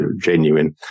genuine